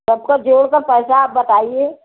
सब कर जोड़ कर पैसा आप बताइए